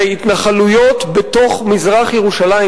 והתנחלויות בתוך מזרח-ירושלים,